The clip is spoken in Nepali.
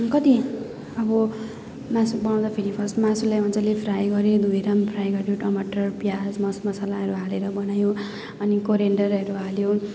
कति अब मासु बनाउँदाखेरि फर्स्ट मासुलाई मजाले फ्राई गरेँ धोएर पनि फ्राई गर्यो टमाटर प्याज मस मसलाहरू हालेर बनायो अनि करियान्डरहरू हाल्यो